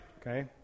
Okay